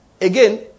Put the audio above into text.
again